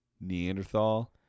Neanderthal